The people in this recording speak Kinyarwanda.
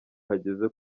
hageze